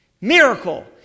Miracle